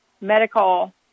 medical